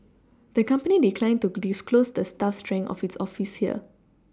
the company declined to disclose the staff strength of its office here